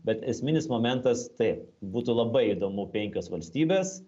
bet esminis momentas tai būtų labai įdomu penkios valstybės